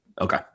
Okay